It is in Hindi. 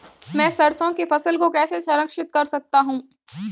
मैं सरसों की फसल को कैसे संरक्षित कर सकता हूँ?